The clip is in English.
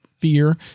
Fear